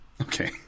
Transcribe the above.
Okay